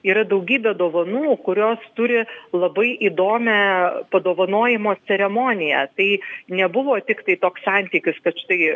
yra daugybė dovanų kurios turi labai įdomią padovanojimo ceremoniją tai nebuvo tiktai toks santykis kad štai